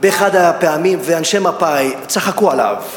באחת הפעמים, ואנשי מפא"י צחקו עליו,